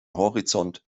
horizont